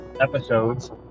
episodes